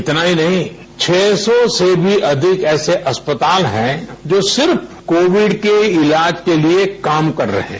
इतना ही नहीं छह सौ से अधिक ऐसे अस्पताल हैं जो सिर्फ कोविड के इलाज के लिए काम कर रहे हैं